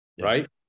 right